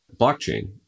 blockchain